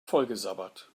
vollgesabbert